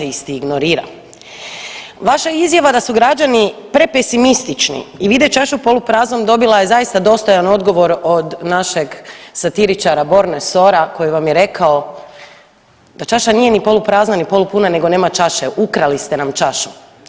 Vaša izjava da su građani pre pesimistični i vide čašu polupraznom dobila je zaista dostojan odgovor od našeg satiričara Borne Sora koji vam je rekao da čaša nije ni poluprazna ni polupuna nego nema čaše, ukrali ste nam čašu.